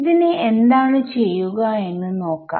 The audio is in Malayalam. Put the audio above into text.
ഇതിനെ എന്താണ് ചെയ്യുക എന്ന് നോക്കാം